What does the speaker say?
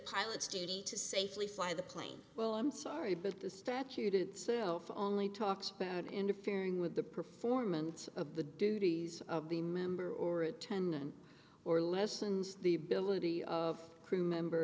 pilot's duty to safely fly the plane well i'm sorry but the statute itself only talks about interfering with the performance of the duties of the member or attendant or lessens the ability of crew